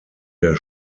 der